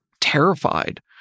terrified